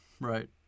Right